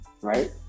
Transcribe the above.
right